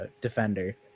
defender